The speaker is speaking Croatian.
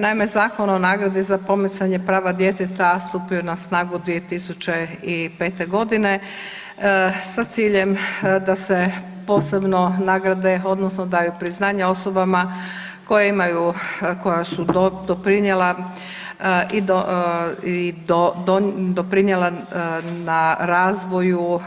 Naime, Zakon o nagradi za promicanje prava djeteta stupio je na snagu 2005. godine sa ciljem da se posebno nagrade odnosno daju priznanja osobama koje imaju, koja su doprinijela na razvoju